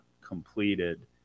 completed